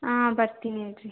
ಹಾಂ ಬರ್ತೀನಿ ಇರ್ರಿ